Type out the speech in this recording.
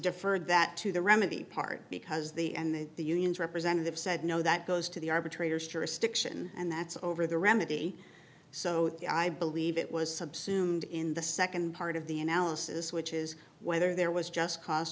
deferred that to the remedy part because the end that the union representative said no that goes to the arbitrators jurisdiction and that's over the remedy so i believe it was subsumed in the nd part of the analysis which is whether there was just c